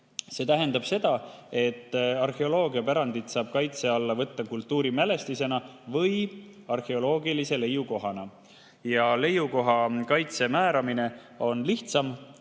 See tähendab seda, et arheoloogiapärandit saab kaitse alla võtta kultuurimälestisena või arheoloogilise leiukohana. Leiukoha kaitse määramine on lihtsam,